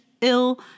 ill